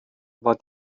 war